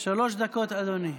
שלוש דקות, אדוני.